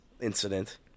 incident